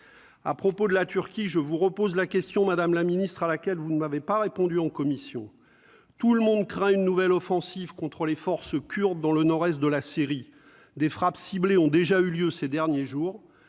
à propos de la Turquie, je vous repose la question, madame la ministre, à laquelle vous ne m'avez pas répondu en commission, tout le monde craint une nouvelle offensive contre les forces kurdes dans le Nord-Est de la Syrie des frappes ciblées ont déjà eu lieu ces derniers jours